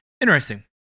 Interesting